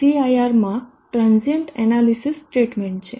cirમાં transient analysis statement છે